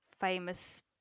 famous